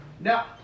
Now